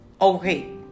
Okay